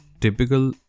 typical